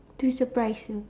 too surprised you know